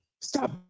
Stop